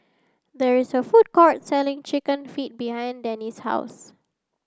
there is a food court selling chicken feet behind Denny's house